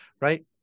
right